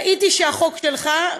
ראיתי שהחוק שלך,